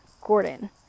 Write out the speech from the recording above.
Gordon